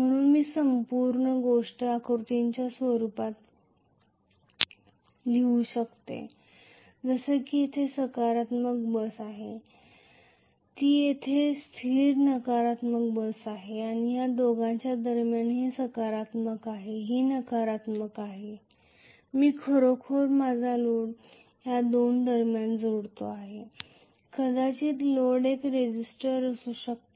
म्हणून मी संपूर्ण गोष्ट आकृतीच्या रूपात लिहू शकते जसे की येथे सकारात्मक बस आहे ती येथे स्थित नकारात्मक बस आहे आणि त्या दोघांच्या दरम्यान ही सकारात्मक आहे ही नकारात्मक आहे मी खरोखर माझा लोड या दोन दरम्यान जोडतो कदाचित लोड एक रेझिस्टर असू शकतो